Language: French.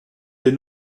des